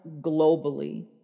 globally